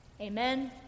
Amen